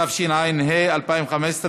התשע"ה 2015,